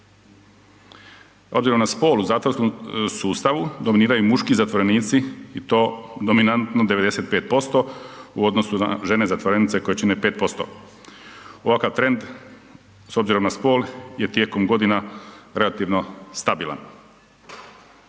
Obzirom na spol u zatvorskom sustavu dominiraju muški zatvorenici i to dominantno 95% u odnosu na žene zatvorenice koje čine 5%. Ovakav trend s obzirom na spol je tijekom godina relativno stabilan.